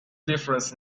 difference